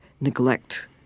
neglect